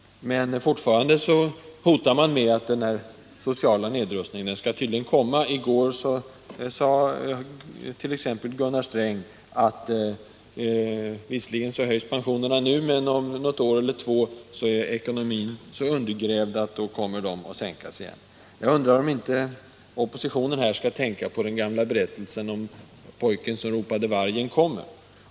Men fortfarande hotar socialdemokraterna med att den sociala nedrustningen skall komma. I går sade t.ex. Gunnar Sträng att visserligen höjs pensionerna nu, men om något år är ekonomin så undergrävd att de kommer att sänkas på nytt. Jag undrar om inte oppositionen bör tänka på den gamla berättelsen om pojken som ropade ”vargen kommer”.